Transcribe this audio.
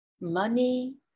money